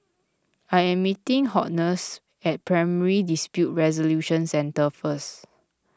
I am meeting Hortense at Primary Dispute Resolution Centre first